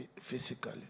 physically